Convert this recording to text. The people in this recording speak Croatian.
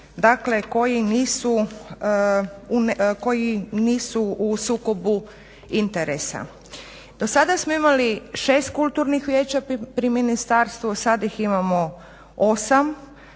dakle koji nisu u sukobu interesa. Do sada smo imali 6 kulturnih vijeća pri ministarstvu, sad ih imamo 8.